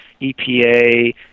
EPA